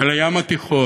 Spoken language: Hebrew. אל הים התיכון,